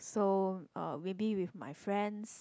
so uh maybe with my friends